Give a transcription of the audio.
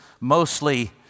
mostly